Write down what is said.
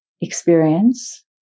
experience